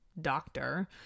doctor